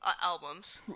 albums